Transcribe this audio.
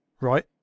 Right